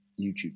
YouTube